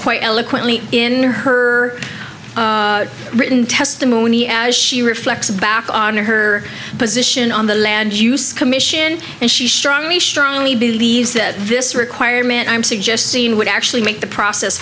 quite eloquently in her written testimony as she reflects back on her position on the land use commission and she strongly strongly believes that this requirement i'm suggesting would actually make the process